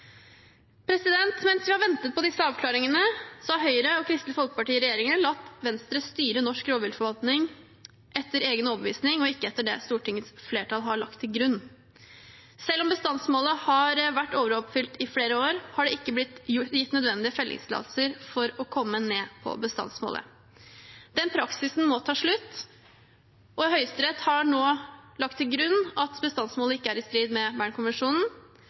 Mens vi har ventet på disse avklaringene, har Høyre og Kristelig Folkeparti i regjeringen latt Venstre styre norsk rovviltforvaltning etter egen overbevisning, ikke etter det Stortingets flertall har lagt til grunn. Selv om bestandsmålet har vært overoppfylt i flere år, har det ikke blitt gitt nødvendige fellingstillatelser for å komme ned på bestandsmålet. Den praksisen må ta slutt. Høyesterett har nå lagt til grunn at bestandsmålet ikke er i strid med Bernkonvensjonen.